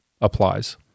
applies